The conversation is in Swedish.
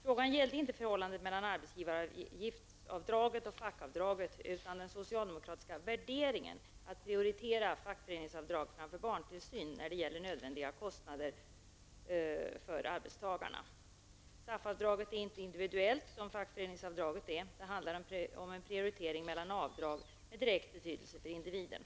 Frågan gällde inte förhållandet mellan arbetsgivaravgiftavdraget och fackavdraget utan den socialdemokratiska värderingen att prioritera fackföreningsavdrag framför barntillsyn när det gäller nödvändiga kostnader för arbetstagarna. SAF-avdraget är inte individuellt som fackföreningsavdraget är. Det handlar om en prioritering mellan avdrag med direkt betydelse för individen.